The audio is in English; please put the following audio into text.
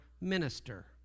minister